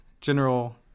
general